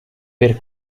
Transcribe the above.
per